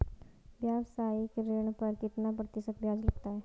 व्यावसायिक ऋण पर कितना प्रतिशत ब्याज लगता है?